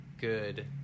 good